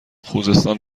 خوزستان